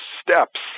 steps